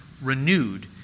renewed